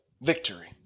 victory